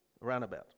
roundabout